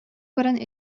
баран